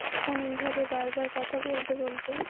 তখন এইভাবে বারবার কথা বলতে বলতে